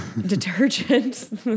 Detergent